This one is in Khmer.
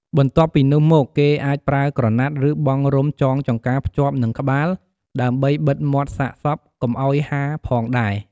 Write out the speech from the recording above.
បន្ទាប់ពីនោះមកគេអាចប្រើក្រណាត់ ឬបង់រុំចងចង្កាភ្ជាប់នឹងក្បាលដើម្បីបិទមាត់សាកសពកុំឱ្យហាផងដែរ។